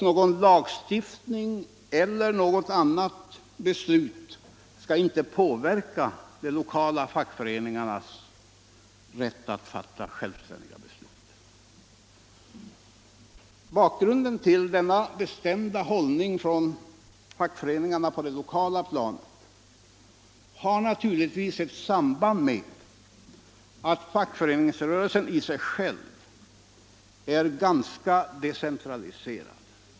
Någon lagstiftning eller något annat beslut skall inte påverka de lokala fackföreningarnas rätt att fatta självständiga beslut. Denna bestämda hållning hos fackföreningarna på det lokala planet har naturligtvis ett samband med att fackföreningsrörelsen i sig själv Nr 149 är ganska decentraliserad.